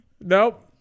Nope